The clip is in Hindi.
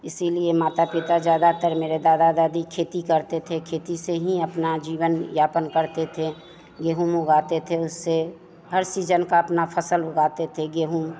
इसीलिए माता पिता ज़्यादातर मेरे दादा दादी खेती करते थे खेती से ही अपना जीवन यापन करते थे गेहूँ उगाते थे उससे हर सीज़न का अपनी फ़सल उगाते थे गेहूँ